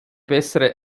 bessere